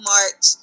March